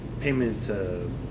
payment